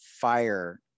fire